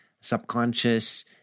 subconscious